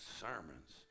sermons